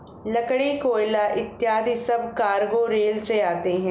लकड़ी, कोयला इत्यादि सब कार्गो रेल से आते हैं